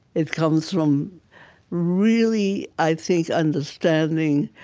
it comes from really, i think, understanding